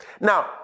Now